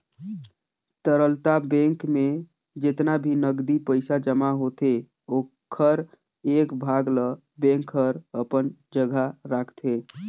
तरलता बेंक में जेतना भी नगदी पइसा जमा होथे ओखर एक भाग ल बेंक हर अपन जघा राखतें